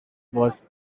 was